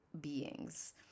beings